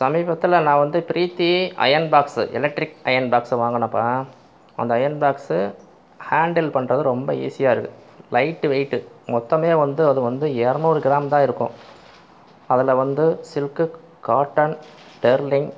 சமீபத்தில் நான் வந்து Preethi iron box electric iron box வாங்கினேன்பா அந்த அயர்ன் பாக்ஸ் ஹேண்டல் பண்ணறது ரொம்ப ஈஸியாயிருக்கு லைட் வெயிட் மொத்தமே வந்து அது வந்து இரநூறு கிராம் தான் இருக்கும் அதில் வந்து சில்க் காட்டன் டெர்லின்